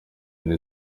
yine